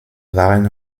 waren